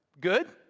Good